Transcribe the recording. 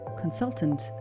consultant